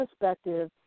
perspective